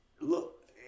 look